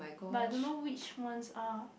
but I don't know which ones are